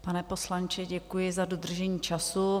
Pane poslanče, děkuji za dodržení času.